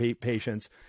patients